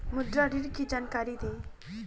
मुद्रा ऋण की जानकारी दें?